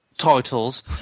Titles